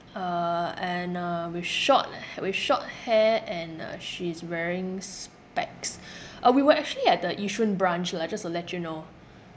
uh and uh with short h~ with short hair and uh she's wearing specs uh we were actually at the yishun branch lah just to let you know